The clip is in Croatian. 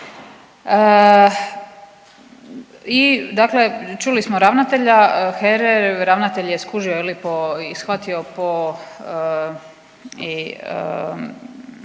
I dakle čuli smo ravnatelja HERE, ravnatelj je skužio je li po i shvatio po